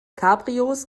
cabrios